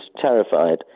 terrified